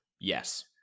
yes